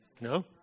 No